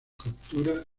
captura